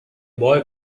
boy